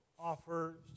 offer